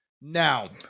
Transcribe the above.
Now